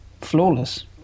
flawless